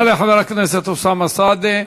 תודה לחבר הכנסת אוסאמה סעדי.